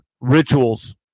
rituals